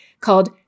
called